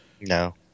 no